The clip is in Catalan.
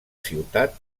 ciutat